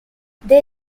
they